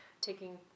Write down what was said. taking